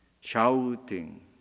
shouting